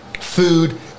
food